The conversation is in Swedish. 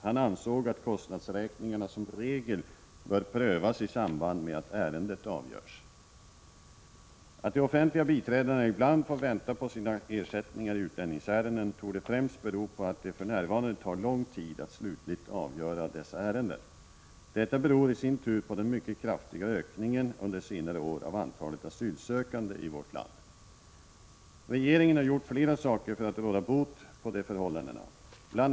Han ansåg att kostnadsräkningarna som regel bör prövas i samband med att ärendet avgörs. Att de offentliga biträdena ibland får vänta på sina ersättningar i utlänningsärenden torde främst bero på att det för närvarande tar lång tid att slutligt avgöra dessa ärenden. Detta beror i sin tur på den mycket kraftiga ökningen under senare år av antalet asylsökande i vårt land. Regeringen har gjort flera saker för att råda bot på dessa förhållanden. Bl.